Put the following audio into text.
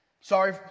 Sorry